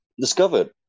discovered